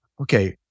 okay